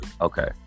Okay